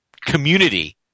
community